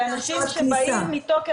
אלה אנשים שבאים עם ויזת תייר.